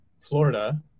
Florida